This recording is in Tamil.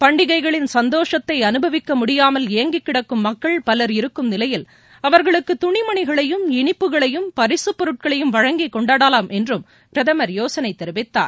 பண்டிகைகளின் சந்தோஷத்தை அனுபவிக்கமுடியாமல் மக்கள் பலர் இருக்கும்நிலையில் அவர்களுக்கு துணிமணிகளையும் இனிப்புகளையும் பரிசுப்பொருட்களையும் வழங்கி கொண்டாடலாம் என்றும் பிரதமர் யோசனை தெரிவித்தார்